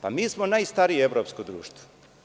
Pa, mi smo najstarije evropsko društvo.